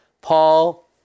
Paul